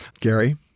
Gary